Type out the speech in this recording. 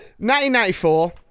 1994